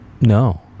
No